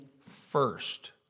first